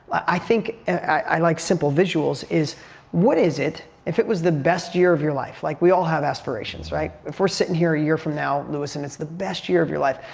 i think, i like simple visuals, is what is it, if it was the best year of your life. like, we all have aspirations, right? if we're sitting here a year from now, lewis, and it's the best year of your life,